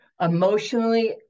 emotionally